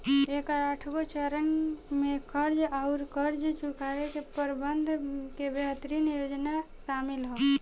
एकर आठगो चरन में कर्ज आउर कर्ज चुकाए के प्रबंधन के बेहतरीन योजना सामिल ह